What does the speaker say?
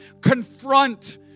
confront